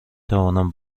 توانم